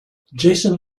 jason